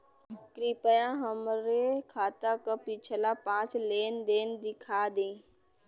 कृपया हमरे खाता क पिछला पांच लेन देन दिखा दी